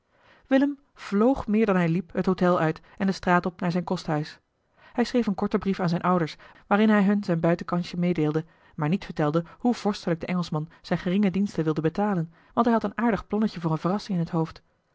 willem vloog meer dan hij liep het hôtel uit en de straat op naar zijn kosthuis hij schreef een korten brief aan zijne ouders waarin hij hun zijn buitenkansje meedeelde maar niet vertelde hoe vorstelijk de engelschman zijne geringe diensten wilde betalen want hij had een aardig plannetje voor eene verrassing in t hoofd